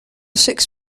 six